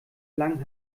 lang